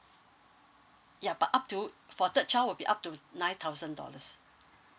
yup but up to for third child would be up to nine thousand dollars